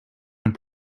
and